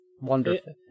Wonderful